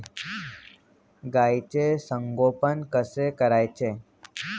गाईचे संगोपन कसे करायचे?